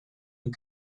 and